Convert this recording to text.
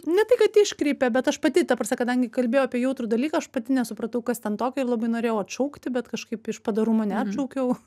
ne tai kad iškreipė bet aš pati ta prasme kadangi kalbėjau apie jautrų dalyką aš pati nesupratau kas ten tokio ir labai norėjau atšaukti bet kažkaip iš padorumo neatšaukiau